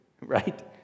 right